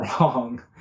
wrong